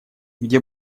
где